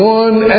one